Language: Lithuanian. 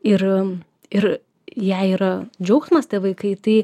ir ir jai yra džiaugsmas tie vaikai tai